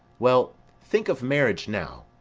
well, think of marriage now.